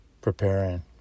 preparing